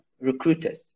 recruiters